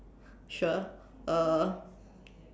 sure uh